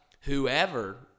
whoever